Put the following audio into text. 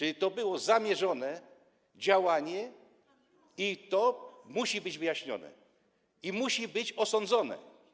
A więc to było zamierzone działanie i to musi być wyjaśnione i musi być osądzone.